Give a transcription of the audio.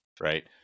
Right